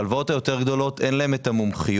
בהלוואות הגדולות יותר אין להם המומחיות.